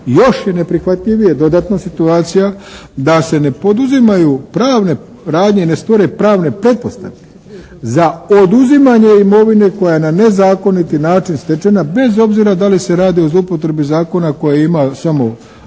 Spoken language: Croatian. Još je neprihvatljivije dodatna situacija da se ne poduzimaju pravne radnje i ne stvore pravne pretpostavke za oduzimanje imovine koja na nezakoniti način stečena bez obzira da li se radi o zloupotrebi zakona koji ima samo